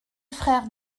frères